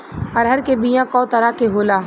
अरहर के बिया कौ तरह के होला?